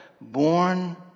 Born